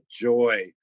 joy